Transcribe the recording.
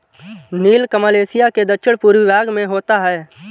नीलकमल Asia के दक्षिण पूर्वी भाग में होता है